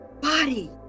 body